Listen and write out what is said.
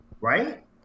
right